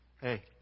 Hey